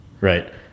right